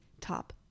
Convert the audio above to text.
top